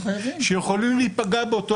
שיכולים להיפגע באותו הזמן.